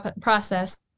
process